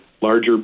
larger